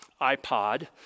iPod